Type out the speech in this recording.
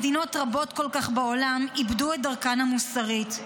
מדינות רבות כל כך בעולם איבדו את דרכן המוסרית.